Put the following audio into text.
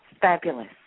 Fabulous